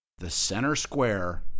Thecentersquare